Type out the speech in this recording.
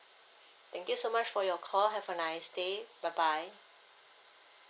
thank you so much for your call have a nice day bye bye